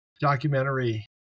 documentary